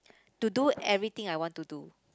to do everything I want to do